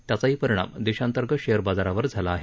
त्याचाही परिणाम देशातर्गत शेअर बाजारावर झाला आहे